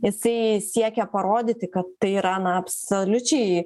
jisai siekia parodyti kad tai yra na absoliučiai